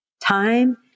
time